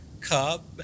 cub